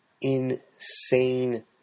Insane